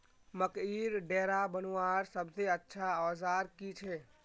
मकईर डेरा बनवार सबसे अच्छा औजार की छे?